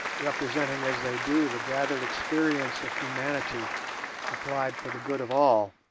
representing as they do the gathered experience of humanity applied for the good of all.